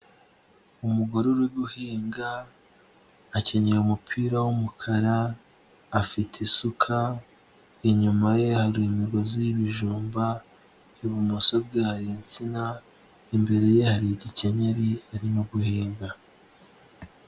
Umugore uri guhinga, akeneye umupira w'umukara, afite isuka, inyuma ye hari imigozi y'ibijumba, ibumoso bwe hari insina, imbere ye hari igikenyeri arimo guhinga.